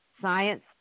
science